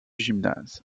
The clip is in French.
gymnase